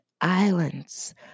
Islands